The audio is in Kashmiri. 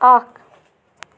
اکھ